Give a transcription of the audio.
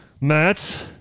Matt